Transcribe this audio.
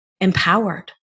empowered